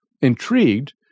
intrigued